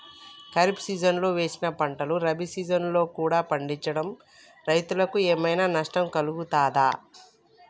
ఖరీఫ్ సీజన్లో వేసిన పంటలు రబీ సీజన్లో కూడా పండించడం రైతులకు ఏమైనా నష్టం కలుగుతదా?